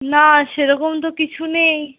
না সেরকম তো কিছু নেই